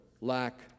lack